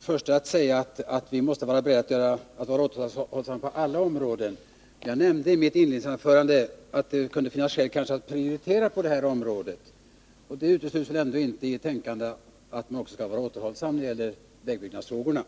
förste att medge att vi måste vara återhållsamma på alla områden. Men som jag nämnde i mitt inledningsanförande kan det finnas skäl att prioritera på detta område. Det utesluter inte att man då också kan vara återhållsam Nr 137 när det gäller vägbyggnadsfrågorna.